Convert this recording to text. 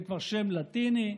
זה כבר שם לטיני,